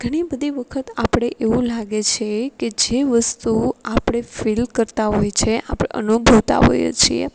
ઘણી બધી વખત આપણે એવું લાગે છે કે જે વસ્તુ આપણે ફિલ કરતા હોઈએ જે આપણે અનુભવતા હોઈએ છીએ